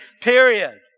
period